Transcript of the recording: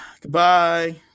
goodbye